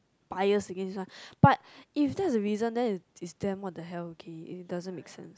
bias against one but if that's the reason then it it's damn what the hell okay it doesn't make sense